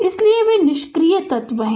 इसलिए वे निष्क्रिय तत्व हैं